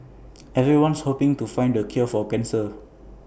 everyone's hoping to find the cure for cancer